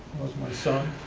was my son,